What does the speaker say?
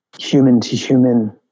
human-to-human